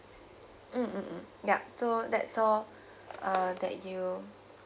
mm mm mm yup so that's all uh that you